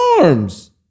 arms